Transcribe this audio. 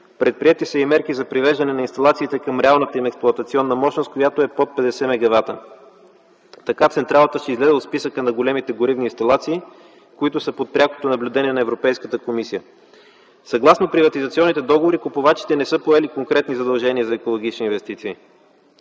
Предприети са и мерки за привеждане на инсталациите към реалната им експлоатационна мощност, която е под 50 мгвт. Така централата ще излезе от списъка на големите горивни инсталации, които са под прякото наблюдение на Европейската комисия. Съгласно приватизационните договори купувачите не са поели конкретни задължения за екологични инвестиции.